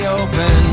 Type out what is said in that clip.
open